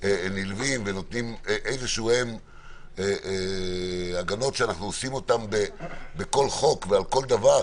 נלווים ונותנים איזה הגנות שאנחנו עושים אותן בכל חוק ובכל דבר.